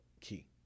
key